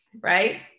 right